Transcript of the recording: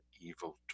evil